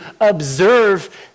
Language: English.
observe